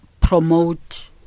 promote